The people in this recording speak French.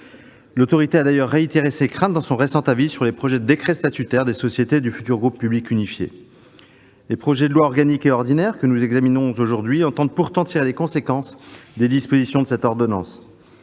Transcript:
Réseau. Elle a d'ailleurs réitéré ses craintes dans son récent avis sur les projets de décrets statutaires des sociétés du futur groupe public unifié. Les projets de loi organique et ordinaire que nous examinons aujourd'hui entendent pourtant tirer les conséquences des dispositions de cette ordonnance.